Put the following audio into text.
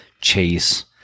chase